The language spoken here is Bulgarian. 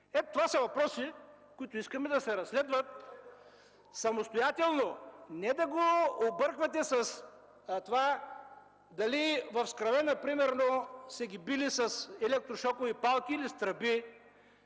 Ето, това са въпроси, които искаме да се разследват самостоятелно, а не да го обърквате с това дали в Скравена са ги били с електрошокови палки, или с тръби;